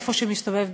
איפה שמסתובב,